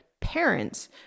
parents